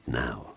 now